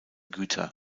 güter